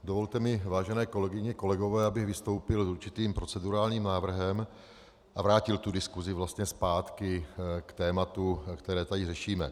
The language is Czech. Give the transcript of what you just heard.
Dovolte mi, vážené kolegyně, kolegové, abych vystoupil s určitým procedurálním návrhem a vrátil tu diskusi vlastně zpátky k tématu, které tady řešíme.